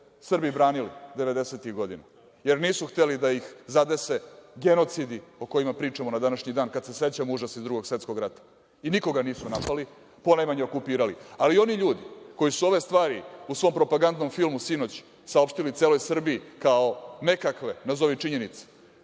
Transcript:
Srbi branili 90- tih godina, jer nisu hteli da ih zadese genocidi o kojima pričamo na današnji dan kada se sećamo užasa iz Drugog svetskog rata i nikoga nisu napali, ponajmanje okupirali. Ali, oni ljudi koji su ove stvari u svom propagandnom filmu sinoć saopštili celoj Srbiji kao nekakve nazovi činjenice,